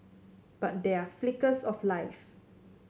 but there are flickers of life